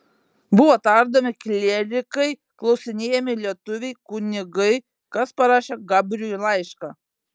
buvo tardomi klierikai klausinėjami lietuviai kunigai kas parašė gabriui laišką